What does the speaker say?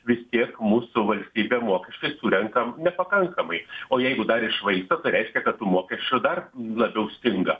vistiek mūsų valstybė mokiškai surenkam nepakankamai o jeigu dar išvaisto tai reiškia kad tų mokesčių dar labiau stinga